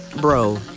bro